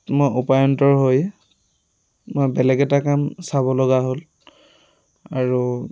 মই উপায়ন্তৰ হৈ মই বেলেগ এটা কাম চাবলগা হ'ল আৰু